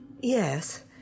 Yes